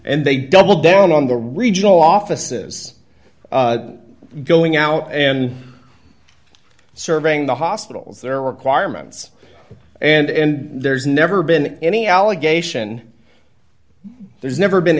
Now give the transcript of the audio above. and they double down on the regional offices going out and surveying the hospitals there are requirements and there's never been any allegation there's never been